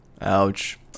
Ouch